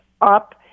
up